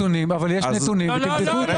אבל יש נתונים ותבדקו אותם.